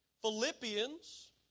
Philippians